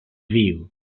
view